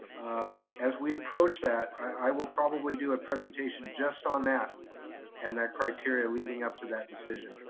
um as we approach that, i will probably do a presentation just on that and that criteria leading up to that decision.